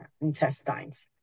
intestines